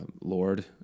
Lord